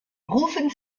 rufen